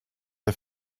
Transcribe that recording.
der